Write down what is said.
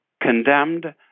condemned